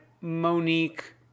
Monique